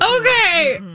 okay